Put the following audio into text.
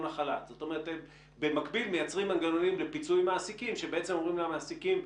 שקשורות לקורונה וזה למעשה 471.1 אלף אנשים שזה